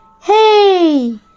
Hey